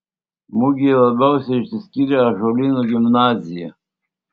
mugėje labiausiai išsiskyrė ąžuolyno gimnazija